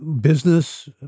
business